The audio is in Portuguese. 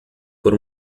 por